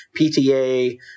PTA